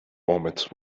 moment